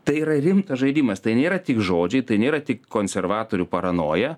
tai yra rimtas žaidimas tai nėra tik žodžiai tai nėra tik konservatorių paranoja